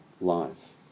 life